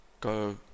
go